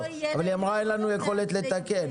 היא אמרה 'אין לנו יכולת לתקן'.